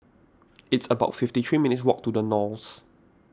it's about fifty three minutes' walk to the Knolls